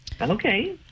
okay